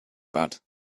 bad